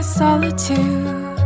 solitude